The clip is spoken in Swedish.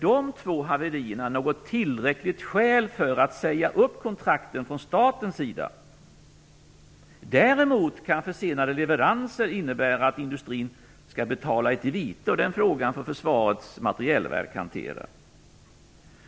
De två haverierna är inte tillräckligt skäl för att säga upp kontrakten från statens sida. Däremot kan försenade leveranser innebära att industrin skall betala ett vite, och den frågan får Försvarets materielverk hantera.